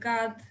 God